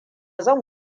zan